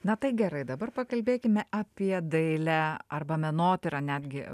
na tai gerai dabar pakalbėkime apie dailę arba menotyrą netgi